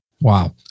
Wow